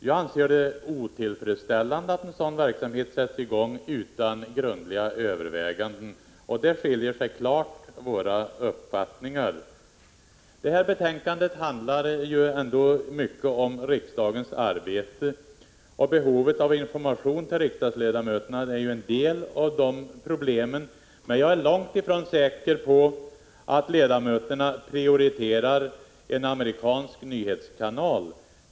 Jag anser det vara otillfredsställande att en sådan verksamhet sätts i gång utan grundliga överväganden. På den punkten 141 skiljer sig våra uppfattningar klart. Det här betänkandet handlar ju mycket om riksdagens arbete, och behovet av information till riksdagsledamöterna är ju en del av dessa problem. Jag är emellertid långt ifrån säker på att ledamöterna prioriterar en amerikansk nyhetskanal.